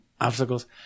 Obstacles